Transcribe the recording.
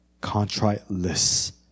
contrite-less